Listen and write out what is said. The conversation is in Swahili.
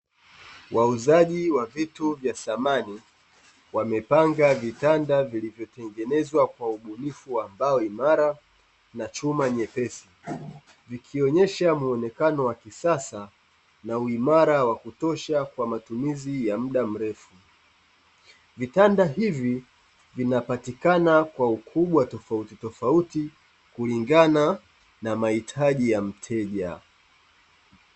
Wauzaji wa vitu vya samani wamepanga vitanda vilivyotengenezwa kwa ubunifu ambao imara na chuma nyepesi vikionyesha muonekano wa kisasa na uimara wa kutosha kwa matumizi ya muda mrefu. vitanda hivi vinapatikana kwa ukubwa tofauti tofauti kulingana na mahitaji ya mteja.